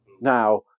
now